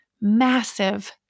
massive